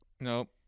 Nope